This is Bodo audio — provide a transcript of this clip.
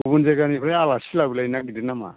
गुबुन जायगानिफ्राय आलासि लाबोलायनो नागिरदों नामा